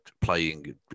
Playing